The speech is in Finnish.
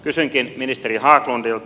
kysynkin ministeri haglundilta